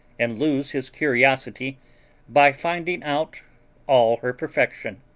and lose his curiosity by finding out all her perfection.